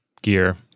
gear